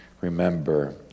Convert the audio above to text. Remember